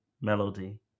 Melody